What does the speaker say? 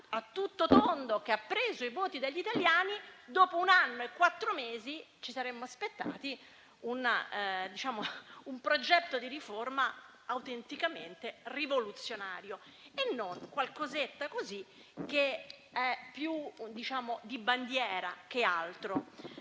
a tutto tondo, che ha preso i voti degli italiani - dopo un anno e quattro mesi si sarebbe aspettato un progetto di riforma autenticamente rivoluzionario e non una cosetta così, che è più di bandiera che altro.